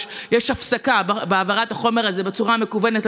יש הפסקה בהעברת החומר הזה בצורה מקוונת,